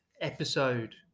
episode